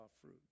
fruit